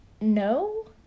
No